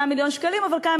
ומה